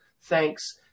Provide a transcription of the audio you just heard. thanks